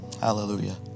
Hallelujah